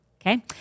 Okay